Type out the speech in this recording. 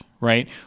right